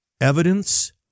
Evidence